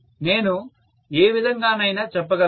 నేను ఏ విధంగానైనా చెప్పగలను